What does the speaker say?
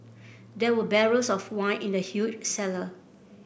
there were barrels of wine in the huge cellar